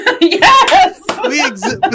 Yes